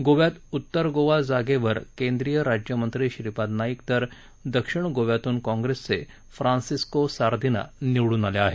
गोव्यात उत्तर गोवा जागेवर केंद्रीय राज्यमंत्री श्रीपाद नाईक तर दक्षिण गोव्यातून काँप्रेसचे फ्रान्सिसको सार्दिना निवडून आले आहेत